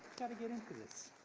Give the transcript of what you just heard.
gotta get into this.